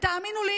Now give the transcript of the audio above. ותאמינו לי